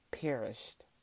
perished